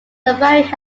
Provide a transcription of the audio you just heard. vary